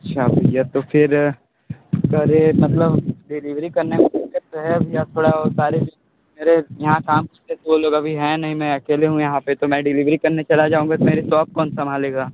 अच्छा भैया तो फिर करे मतलब डिलिवरी करने में दिक्कत तो है अभी आप थोड़ा और तारीफ करें यहाँ काम करते हैं लोग अभी है नहीं मैं अकेले हूँ यहाँ पे तो मैं डिलीवरी करने चला जाऊँगा तो मेरी शॉप कौन संभालेगा